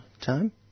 time